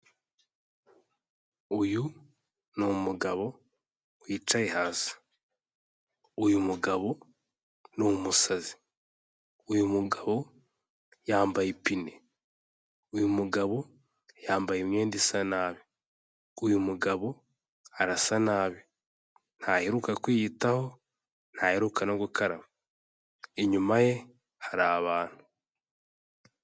Uyu ni umugabo wicaye hasi, uyu mugabo ni umusazi, uyu mugabo yambaye ipine, uyu mugabo yambaye imyenda isa nabi, uyu mugabo arasa nabi, ntaheruka kwiyitaho, ntaheruka no gukaraba, inyuma ye hari abantu.